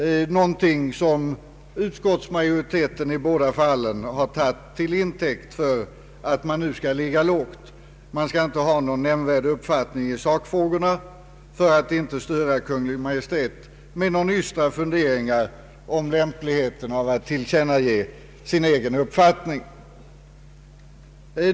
Utskottsmajoriteten har i båda fallen tagit detta som intäkt för att man nu bör ligga lågt och inte ha någon nämnvärd uppfattning i sakfrågorna för att inte störa Kungl. Maj:t med ystra funderingar om lämpligheten av att tillkännage sin egen uppfattning.